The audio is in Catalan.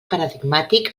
paradigmàtic